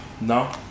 No